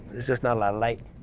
there's just not a lot of light.